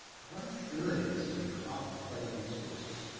what a thrill it is to be caught in the play of these forces.